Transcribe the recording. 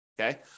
Okay